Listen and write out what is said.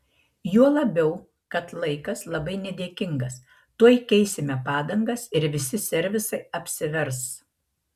juo labiau kad laikas labai nedėkingas tuoj keisime padangas ir visi servisai apsivers